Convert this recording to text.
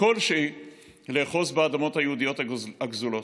כלשהי לאחוז באדמות היהודיות הגזולות.